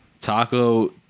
Taco